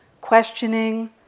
questioning